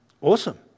Awesome